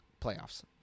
playoffs